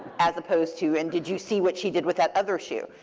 as opposed to, and did you see what she did with that other shoe.